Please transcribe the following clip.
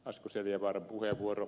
asko seljavaaran puheenvuoro